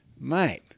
Mate